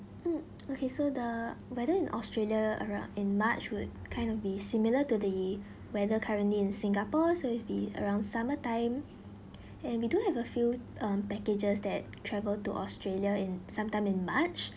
mm okay so the weather in australia around in march would kind of be similar to the weather currently in singapore so it's be around summer time and we do have a few um packages that travel to australia in sometime in march